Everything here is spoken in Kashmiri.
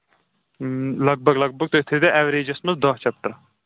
لگ بگ لگ بگ تُہۍ تھٲوِزیٚو ایٚوریجَس منٛز دٔہ چپٹر